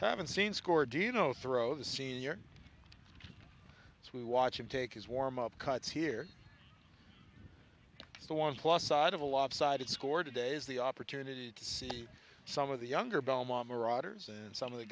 haven't seen score do you know throw the senior as we watch him take his warm up cuts here so one plus side of a lopsided score today is the opportunity to see some of the younger belmont marauders and some of the